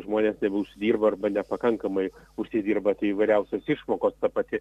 žmonės užsidirba arba nepakankamai užsidirba tai įvairiausios išmokos ta pati